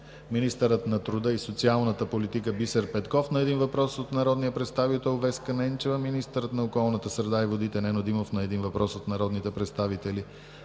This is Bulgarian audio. министърът на труда и социалната политика Бисер Петков – на един въпрос от народния представител Веска Ненчева; - министърът на околната среда и водите Нено Димов – на един въпрос от народните представители